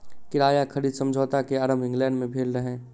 किराया खरीद समझौता के आरम्भ इंग्लैंड में भेल रहे